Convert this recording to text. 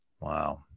Wow